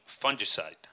fungicide